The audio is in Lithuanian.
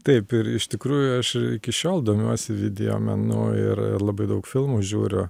taip ir iš tikrųjų aš iki šiol domiuosi videomenu ir ir labai daug filmų žiūriu